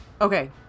okay